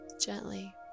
Gently